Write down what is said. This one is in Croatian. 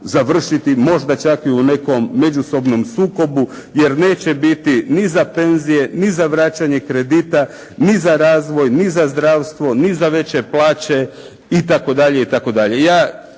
završiti možda čak i u nekom međusobnom sukobu jer neće biti ni za penzije, ni za vraćanje kredita ni za razvoj ni za zdravstvo ni za veće plaće i